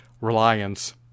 reliance